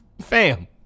Fam